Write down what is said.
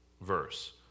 verse